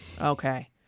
Okay